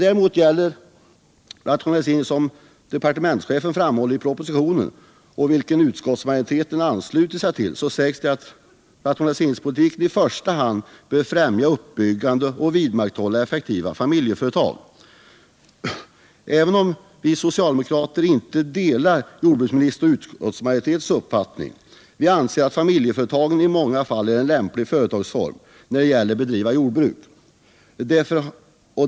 Departementschefen framhåller i propositionen, och utskottsmajoriteten ansluter sig till detta, att rationaliseringspolitiken i första hand bör främja uppbyggande och vidmakthållande av effektiva familjeföretag. Även om vi socialdemokrater inte delar jordbruksministerns och utskottsmajoritetens uppfattning anser vi att familjeföretagen i många fall är en lämplig företagsform när det gäller att bedriva jordbruk.